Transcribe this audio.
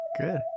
Good